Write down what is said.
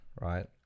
Right